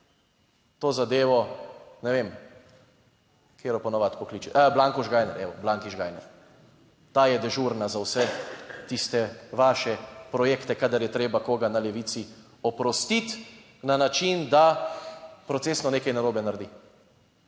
to zadevo, ne vem katero po navadi pokliče? A ja, Blanko Žgajner! Evo, Blanki Žgajner - ta je dežurna za vse tiste vaše projekte kadar je treba koga na levici oprostiti na način, da procesno nekaj narobe naredi.